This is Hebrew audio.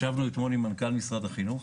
ישבנו אתמול עם מנכל משרד החינוך